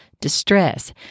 distress